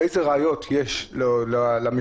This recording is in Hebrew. איזה ראיות יש למשטרה?